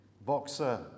boxer